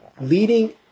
leading